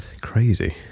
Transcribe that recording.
Crazy